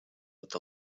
with